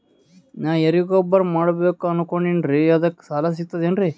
ನಾ ಎರಿಗೊಬ್ಬರ ಮಾಡಬೇಕು ಅನಕೊಂಡಿನ್ರಿ ಅದಕ ಸಾಲಾ ಸಿಗ್ತದೇನ್ರಿ?